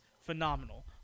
phenomenal